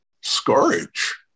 scourge